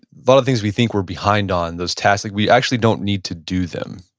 lot of things we think we're behind on, those tasks, like we actually don't need to do them.